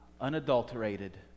unadulterated